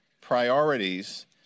priorities